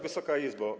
Wysoka Izbo!